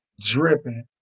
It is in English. dripping